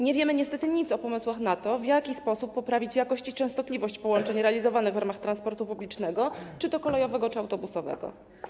Nie wiemy niestety nic o pomysłach na to, w jaki sposób poprawić jakość i częstotliwość połączeń realizowanych w ramach transportu publicznego, czy to kolejowego, czy autobusowego.